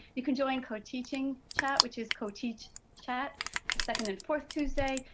you can join co-teaching chat, which is co-teach chat second and fourth tuesday.